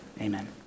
Amen